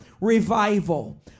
revival